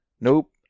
nope